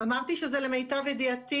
אמרתי שזה למיטב ידיעתי.